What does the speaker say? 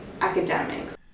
academics